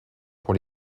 pour